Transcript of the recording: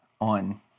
on